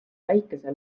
väikese